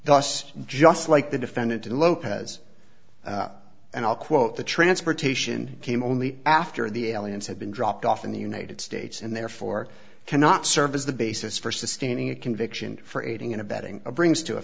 thus just like the defendant in lopez and i'll quote the transportation came only after the aliens had been dropped off in the united states and therefore cannot serve as the basis for sustaining a conviction for aiding and abetting a brings to